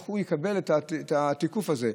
יקבל את התיקוף הזה?